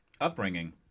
upbringing